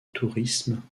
tourisme